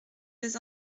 des